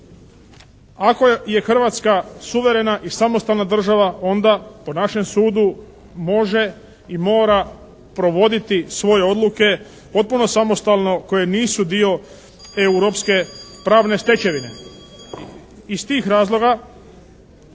Ako je Hrvatska suverena i samostalna država onda po našem sudu može i mora provoditi svoje odluke potpuno samostalno, koje nisu dio europske pravne stečevine. Iz tih razloga